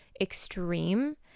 extreme